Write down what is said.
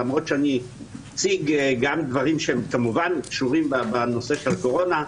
למרות שאני אציג גם דברים שהם כמובן קשורים בנושא של הקורונה,